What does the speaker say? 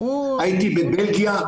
הייתי בבלגיה,